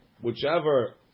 Whichever